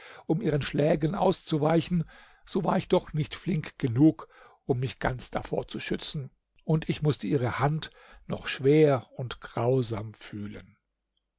um ihren schlägen auszuweichen so war ich doch nicht flink genug um mich ganz davor zu schützen und ich mußte ihre hand noch schwer und grausam fühlen